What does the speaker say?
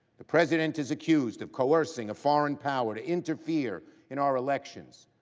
the president is accused of coercing a foreign power to interfere in our elections,